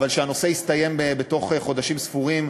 שהנושא יסתיים בתוך חודשים ספורים,